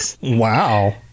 Wow